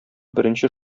беренче